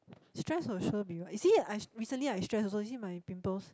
stress will sure be what you see I str~ recently I stress also you see my pimples